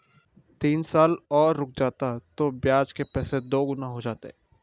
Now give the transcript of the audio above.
तीन साल और रुक जाता तो ब्याज के पैसे दोगुने हो जाते